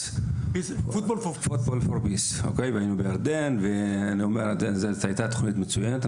ספורט, היינו בירדן, וזו הייתה תוכנית מצוינת.